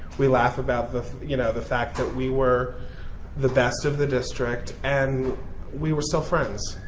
we laugh about the you know the fact that we were the best of the district and we were still friends.